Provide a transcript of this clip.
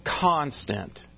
constant